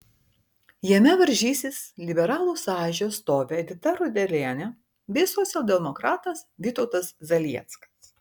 jame varžysis liberalų sąjūdžio atstovė edita rudelienė bei socialdemokratas vytautas zalieckas